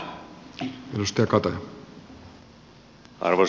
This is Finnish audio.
arvoisa puhemies